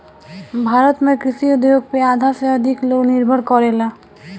भारत में कृषि उद्योग पे आधा से अधिक लोग निर्भर करेला